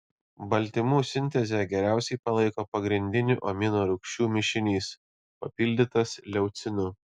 baltymų sintezę geriausiai palaiko pagrindinių aminorūgščių mišinys papildytas leucinu